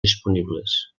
disponibles